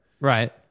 right